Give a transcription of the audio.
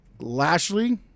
Lashley